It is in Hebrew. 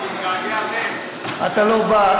אני מתגעגע, אתה לא בא.